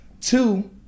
Two